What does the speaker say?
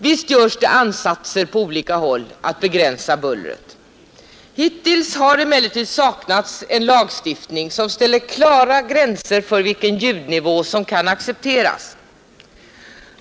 Visst görs det ansatser på olika håll att begränsa bullret. Hittills har emellertid saknats en lagstiftning som ställer klara gränser för vilken ljudnivå som kan accepteras.